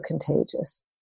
contagious